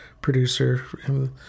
producer